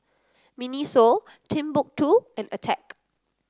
Miniso Timbuk two and Attack